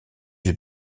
yeux